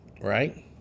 Right